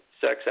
sex